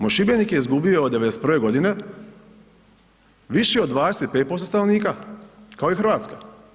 Moj Šibenik je izgubio od '91. godine više od 25% stanovnika kao i Hrvatska.